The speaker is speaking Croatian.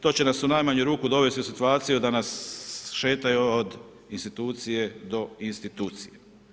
To će nas u najmanju ruku dovesti u situaciju da nas šetaju od institucije do institucije.